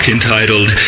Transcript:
entitled